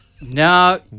now